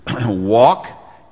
walk